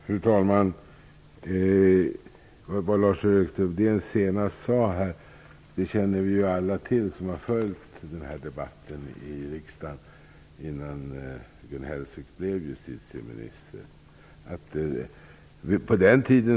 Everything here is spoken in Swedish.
Fru talman! Det Lars-Erik Lövdén sade senast känner alla vi som har följt den här debatten i riksdagen innan Gun Hellsvik blev justitieminister till.